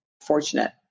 fortunate